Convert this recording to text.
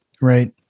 Right